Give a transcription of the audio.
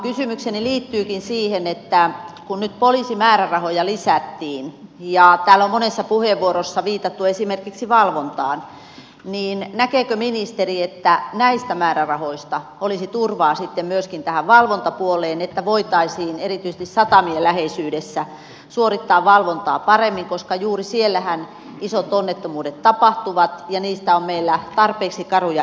kysymykseni liittyykin siihen että kun nyt poliisimäärärahoja lisättiin ja täällä on monessa puheenvuorossa viitattu esimerkiksi valvontaan niin näkeekö ministeri että näistä määrärahoista olisi turvaa sitten myöskin tähän valvontapuoleen niin että voitaisiin erityisesti satamien läheisyydessä suorittaa valvontaa paremmin koska juuri siellähän isot onnettomuudet tapahtuvat ja niistä on meillä tarpeeksi karuja esimerkkejä